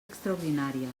extraordinària